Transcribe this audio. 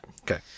Okay